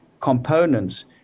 components